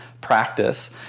practice